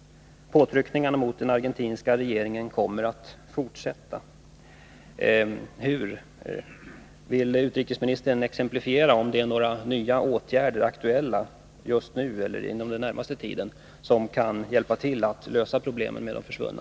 Påtryckningarna mot den argentinska regeringen kommer att fortsätta.” Hur skall detta ske? Vill utrikesministern exemplifiera, om några nya åtgärder är aktuella just nu eller inom den närmaste tiden som kan medverka till att lösa problemen med de försvunna?